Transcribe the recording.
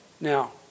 Now